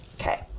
Okay